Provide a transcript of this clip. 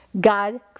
God